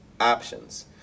Options